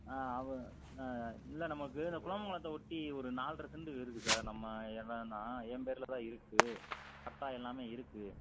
ஆ அவ ஆ இல்லை நமக்கு இந்த குலமங்களத்தை ஒட்டி ஒரு நால்ரை செண்டு இருக்குது சார் நம்ம இடந்தான் என் பேரில் தான் இருக்குது பட்டா எல்லாமே இருக்குது